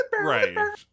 Right